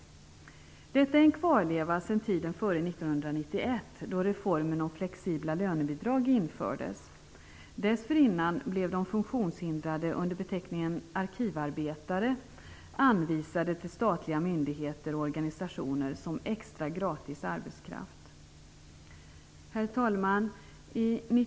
Detta är en kvarleva sedan tiden före 1991, då reformen om flexibla lönebidrag infördes. Dessförinnan anvisades de funktionshindrade under beteckningen arkivarbetare till statliga myndigheter och organisationer som extra gratis arbetskraft. Herr talman!